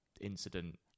incident